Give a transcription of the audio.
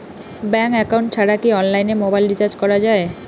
Bank account ছাড়া কি অনলাইনে মোবাইল রিচার্জ করা যায়?